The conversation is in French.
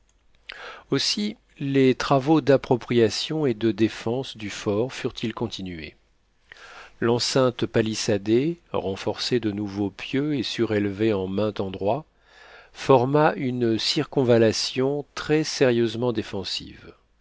aussi les travaux d'appropriation et de défense du fort furent-ils continués l'enceinte palissadée renforcée de nouveaux pieux et surélevée en maint endroit forma une circonvallation très sérieusement défensive